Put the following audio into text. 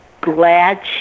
glad